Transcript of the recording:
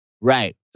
Right